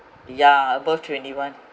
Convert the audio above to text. yeah above twenty one